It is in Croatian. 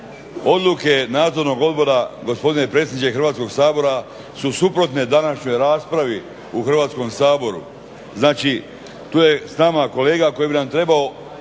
Odluke nadzornog odbora gospodine predsjedniče Hrvatskog sabora su suprotne današnjoj raspravi u Hrvatskom saboru. Znači tu je s nama kolega koji bi nam trebamo